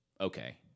okay